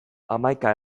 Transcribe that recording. hamaika